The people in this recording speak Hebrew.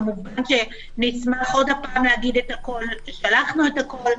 כמובן שנשמח להגיד הכול עוד פעם, שלחנו את הכול.